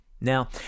Now